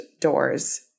doors